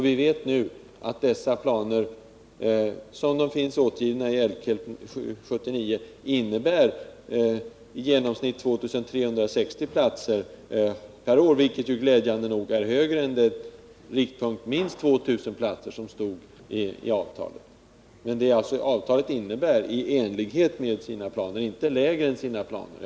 Vi vet nu att dessa planer, som de återges i LKELP 1979, innebär i genomsnitt 2 360 platser per år, vilket ju glädjande nog är mer än riktpunkten ”minst 2 000 platser” som fanns i avtalet. Avtalet innebär alltså ”i enlighet med sina planer” och inte ”lägre än sina planer”.